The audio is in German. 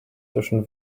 zwischen